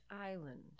Island